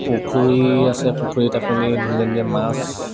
পুখুৰী আছে পুখুৰীত আপুনি ধুনীয়া ধুনীয়া মাছ